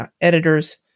editors